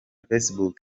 facebook